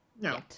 no